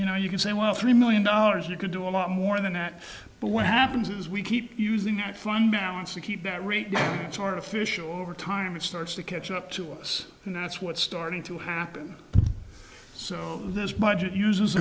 you know you can say well three million dollars you could do a lot more than that but what happens is we keep using that fund balance to keep that rate which artificial over time it starts to catch up to us and that's what's starting to happen so this budget uses